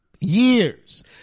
Years